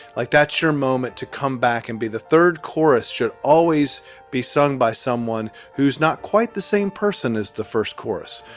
like, that's your moment to come back and be. the third chorus should always be sung by someone who's not quite the same person as the first chorus.